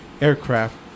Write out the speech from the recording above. aircraft